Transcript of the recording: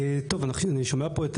טוב, אני שומע פה את